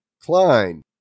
Klein